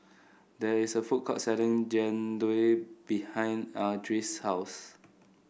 there is a food court selling Jian Dui behind Ardyce's house